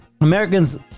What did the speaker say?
Americans